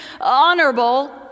honorable